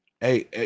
Hey